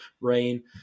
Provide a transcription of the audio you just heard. rain